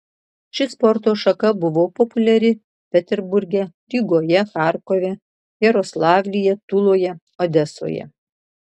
ši sporto šaka buvo populiari peterburge rygoje charkove jaroslavlyje tuloje odesoje